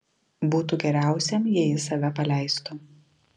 būtų geriausiam jei jis save paleistų